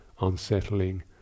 unsettling